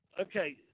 Okay